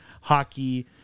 hockey